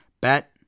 Bet